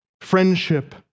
friendship